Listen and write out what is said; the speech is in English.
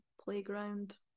playground